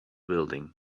building